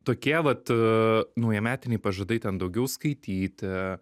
tokie vat naujametiniai pažadai ten daugiau skaityti